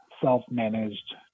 self-managed